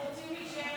(תיקוני חקיקה),